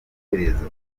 iherezo